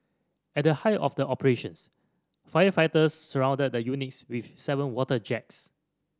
at the height of the operations firefighters surrounded the units with seven water jets